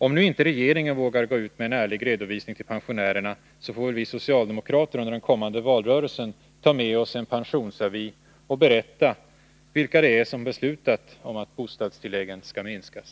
Om nu inte regeringen vågar gå ut med en ärlig redovisning till pensionärerna, får väl vi socialdemokrater under den kommande valrörelsen ta med oss pensionsavier och berätta vilka det är som har beslutat om att bostadstilläggen skall minskas.